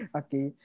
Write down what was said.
okay